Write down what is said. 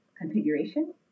configuration